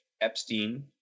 Epstein